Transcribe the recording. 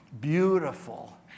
beautiful